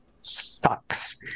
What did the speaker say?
sucks